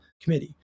Committee